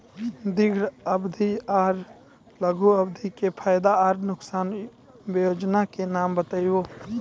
दीर्घ अवधि आर लघु अवधि के फायदा आर नुकसान? वयोजना के नाम बताऊ?